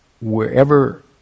wherever